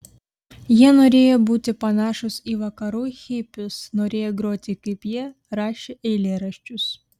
jie norėjo būti panašūs į vakarų hipius norėjo groti kaip jie rašė eilėraščius